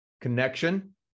Connection